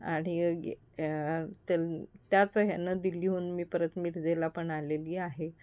आणि गे त त्याच ह्यानं दिल्लीहून मी परत मिरजेला पण आलेली आहे